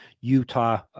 Utah